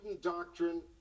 doctrine